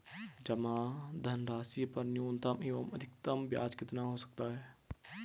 जमा धनराशि पर न्यूनतम एवं अधिकतम ब्याज कितना हो सकता है?